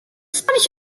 spanish